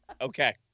okay